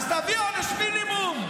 אז תביא עונש מינימום.